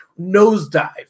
nosedive